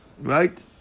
Right